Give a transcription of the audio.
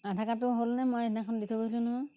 আধাৰ কাৰ্ডটো হ'লনে মই সেইদিনাখন দি থৈ গৈছোঁ নহয়